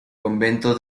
convento